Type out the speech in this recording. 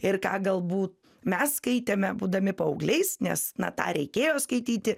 ir ką galbūt mes skaitėme būdami paaugliais nes na tą reikėjo skaityti